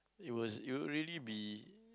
it was it will really be